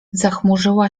zachmurzyła